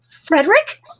Frederick